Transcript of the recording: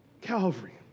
Calvary